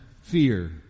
fear